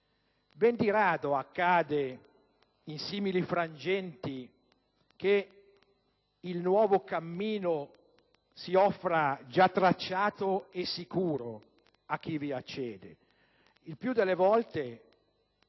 Ben di rado accade, in simili frangenti, che il nuovo cammino si offra già tracciato e sicuro a chi vi accede. Il più delle volte,